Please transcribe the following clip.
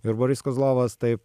ir boris kozlovas taip